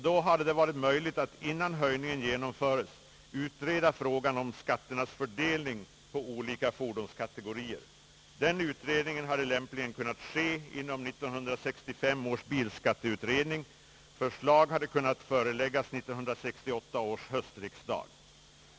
Då hade det varit möjligt att innan den genomfördes utreda frågan om skatternas fördelning på olika fordonskategorier. Den utredningen hade lämpligen kunnat ske inom 1965 års bilskatteutredning, och förslag hade kunnat framläggas till detta års höstriksdag.